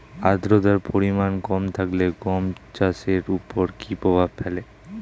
আদ্রতার পরিমাণ কম থাকলে গম চাষের ওপর কী প্রভাব ফেলে?